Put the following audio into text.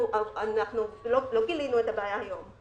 לא גילינו את הבעיה היום.